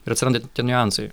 ir atsiranda tie niuansai